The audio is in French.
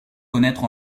connaître